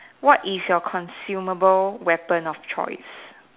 what is your consumable weapon of choice